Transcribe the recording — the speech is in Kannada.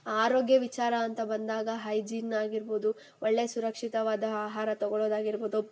ಆರೋಗ್ಯ ವಿಚಾರ ಅಂತ ಬಂದಾಗ ಹೈಜಿನ್ ಆಗಿರ್ಬೋದು ಒಳ್ಳೆಯ ಸುರಕ್ಷಿತವಾದ ಆಹಾರ ತಗೊಳ್ಳೋದಾಗಿರ್ಬೋದು